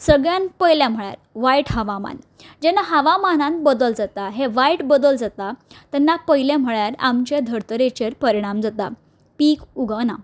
सगळ्यांत पयलें म्हळ्यार वायट हवामान जेन्ना हवामानान बदल जाता हे वायट बदल जाता तेन्ना पयलें म्हळ्यार आमच्या धर्तरेचेर परिणाम जाता पीक उगना